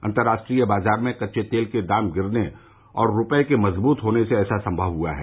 अंतर्राष्ट्रीय बाजार में कच्चे तेल के दाम गिरने और रुपये के मजबूत होने र्से ऐसा संमव हुआ है